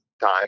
time